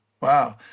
wow